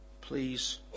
Please